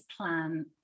plan